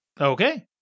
Okay